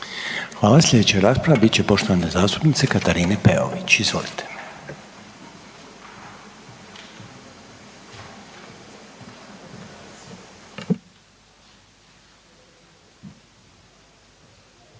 Hvala. Slijedeća rasprava bit će poštovane zastupnice Katarine Peović. Izvolite.